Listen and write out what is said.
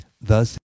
Thus